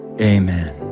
Amen